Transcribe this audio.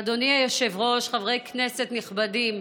אדוני היושב-ראש, חברי כנסת נכבדים,